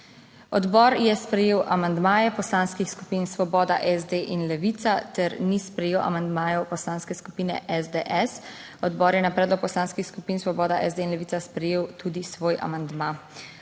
Odbor je sprejel amandmaje poslanskih skupin Svoboda, SD in Levica ter ni sprejel amandmajev Poslanske skupine SDS. Odbor je na predlog poslanskih skupin Svoboda, SD in Levica sprejel tudi svoj amandma.